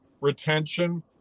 retention